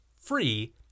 free